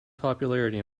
popularity